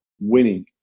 winning